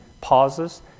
pauses